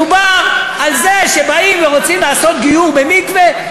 מדובר על זה שבאים ורוצים לעשות גיור במקווה,